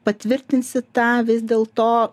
patvirtinsi tą vis dėl to